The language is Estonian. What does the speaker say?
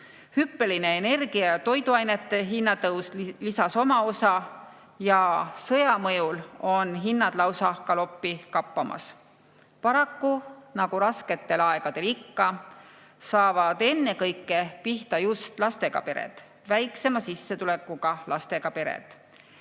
Hüppeline energia ja toiduainete hinna tõus lisas oma osa ja sõja mõjul on hinnad lausa galoppi kappamas. Paraku, nagu rasketel aegadel ikka, saavad ennekõike pihta just lastega pered, väiksema sissetulekuga ja lastega pered,